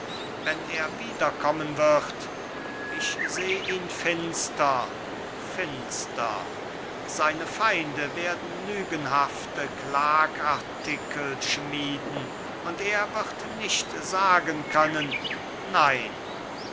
wenn er wiederkommen wird ich seh ihn finster finster seine feinde werden lügenhafte klagartikel schmieden und er wird nicht sagen können nein